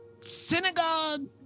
synagogue